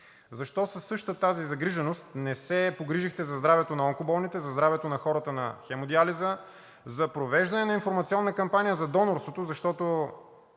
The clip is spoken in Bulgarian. Защо със същата тази загриженост не се погрижихте за здравето на онкоболните, за здравето на хората на хемодиализа, за провеждане на информационна кампания за донорството?